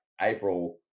April